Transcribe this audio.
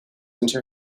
into